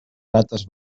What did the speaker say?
rates